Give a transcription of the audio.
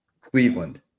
Cleveland